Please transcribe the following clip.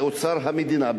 לאוצר המדינה,